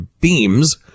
beams